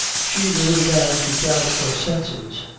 she really began to doubt her senses,